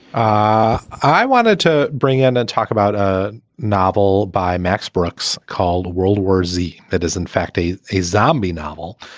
i wanted to bring in and talk about a novel by max brooks called world war z. that is, in fact, a izombie novel.